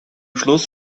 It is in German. schluss